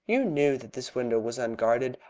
you knew that this window was unguarded.